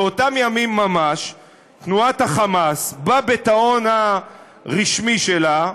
באותם ימים ממש תנועת ה"חמאס" בביטאון הרשמי שלה,